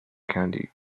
candy